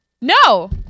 No